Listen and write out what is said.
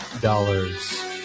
dollars